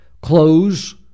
close